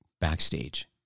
Backstage